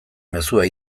mezua